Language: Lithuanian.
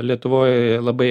lietuvoj labai